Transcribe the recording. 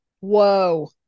Whoa